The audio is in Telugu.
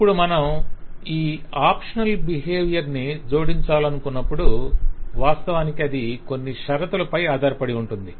ఇప్పుడు మనం ఈ ఆప్షనల్ బిహేవియర్ ను జోడించాలనుకున్నప్పుడు వాస్తవానికి అది కొన్ని షరతులపై ఆధారపడి ఉంటుంది